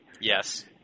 Yes